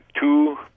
two